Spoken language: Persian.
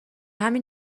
همین